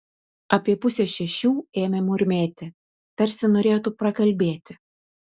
apie pusę šešių ėmė murmėti tarsi norėtų prakalbėti